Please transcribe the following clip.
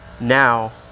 now